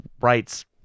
rights